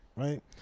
Right